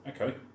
Okay